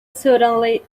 suddenly